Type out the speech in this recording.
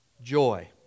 joy